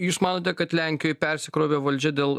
jūs manote kad lenkijoj persikrovė valdžia dėl